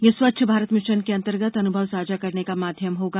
यह स्वच्छ भारत मिशन के अंतर्गत अनुभव साझा करने का माध्यम होगा